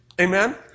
Amen